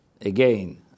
again